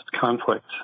conflict